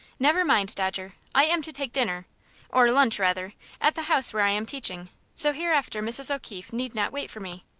never mind, dodger. i am to take dinner or lunch, rather at the house where i am teaching so hereafter mrs. o'keefe need not wait for me.